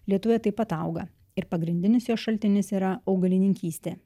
lietuvoje taip pat auga ir pagrindinis jos šaltinis yra augalininkystė